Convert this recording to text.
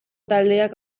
taldeak